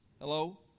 Hello